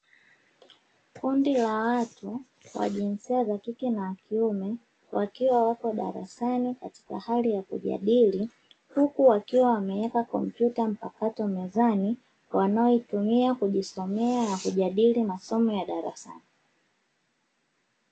Kundi la watu wa jinsia ya kike na kiume wakiwa wapo darasani katika hali ya kujadili huku wakiwa wameweke kompyuta mpakato mezani wanayotumia kujisomea na kujadili masomo ya darasani.